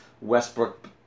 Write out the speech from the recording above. Westbrook